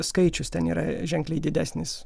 skaičius ten yra ženkliai didesnis